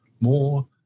more